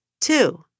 Two